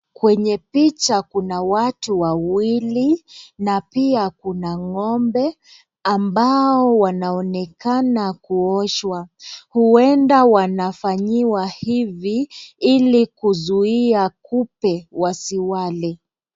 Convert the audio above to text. Kwenye picha kuna watu wawili, na pia kuna ng'ombe, ambao wanaonekana kuoshwa. Huenda wanafanywa hivi, ilikuzuia kupe wasiwale.